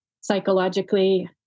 psychologically